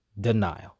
denial